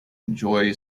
enjoy